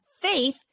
faith